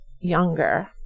Younger